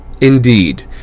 indeed